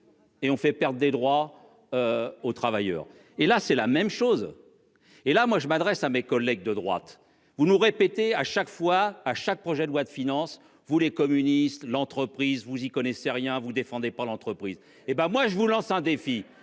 Et on fait perte des droits. Aux travailleurs et là c'est la même chose. Et là moi je m'adresse à mes collègues de droite vous nous répétez à chaque fois à chaque projet de loi de finances, vous les communistes. L'entreprise vous y connaissez rien, vous défendez par l'entreprise. Hé ben moi je vous lance un défi,